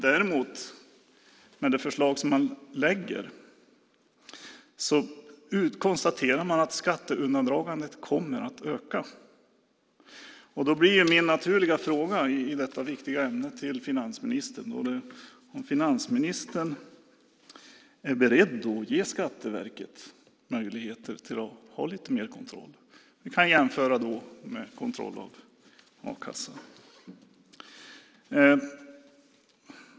Däremot konstaterar man att skatteundandragandet kommer att öka med det förslag som man lägger fram. Då blir min naturliga fråga i detta viktiga ämne till finansministern om finansministern är beredd att ge Skatteverket möjligheter till att ha lite mer kontroll. Vi kan jämföra med kontroll av a-kassan.